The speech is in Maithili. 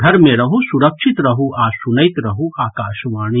घर मे रहू सुरक्षित रहू आ सुनैत रहू आकाशवाणी